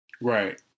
Right